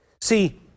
See